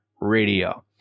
Radio